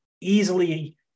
easily